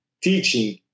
teaching